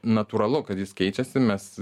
natūralu kad jis keičiasi mes